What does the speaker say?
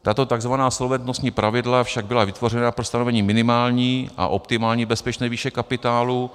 Tato takzvaná solventnostní pravidla však byla vytvořena pro stanovení minimální a optimální bezpečné výše kapitálu.